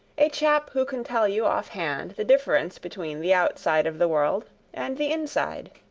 a chap who can tell you offhand the difference between the outside of the world and the inside.